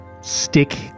stick